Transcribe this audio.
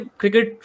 cricket